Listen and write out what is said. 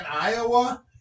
Iowa